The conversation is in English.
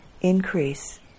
increase